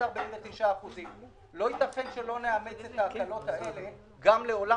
49%. לא ייתכן שלא נאמץ את ההקלות האלו גם בעולם